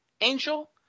Angel